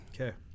Okay